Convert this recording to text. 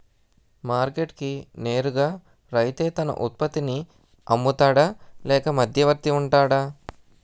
Market కి నేరుగా రైతే తన ఉత్పత్తి నీ అమ్ముతాడ లేక మధ్యవర్తి వుంటాడా?